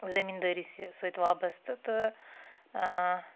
زٔمیٖندٲری سۭتۍ وابسطہٕ تہٕ